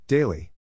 Daily